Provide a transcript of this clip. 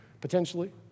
potentially